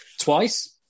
Twice